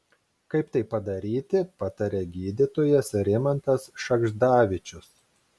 kaip tai padaryti pataria gydytojas rimantas šagždavičius